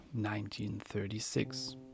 1936